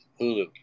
Hulu